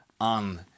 on